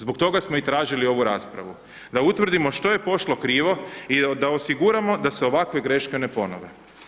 Zbog toga smo i tražili ovu raspravu da utvrdimo što je pošlo krivo i da osiguramo da se ovakve greške ne ponove.